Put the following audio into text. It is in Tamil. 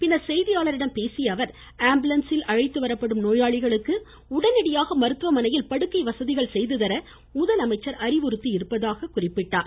பின்னர் செய்தியாளர்களிடம் பேசியஅவர் ஆம்புலன்ஸ்களில் அழைத்துவரப்படும் நோயாளிகளுக்கு உடனடியாக மருத்துவமனையில் படுக்கை வசதிகள் செய்து தர முதலமைச்சர் அறிவுறுத்தியுள்ளதாக குறிப்பிட்டார்